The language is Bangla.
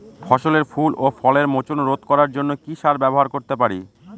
ফসলের ফুল ও ফলের মোচন রোধ করার জন্য কি সার ব্যবহার করতে পারি?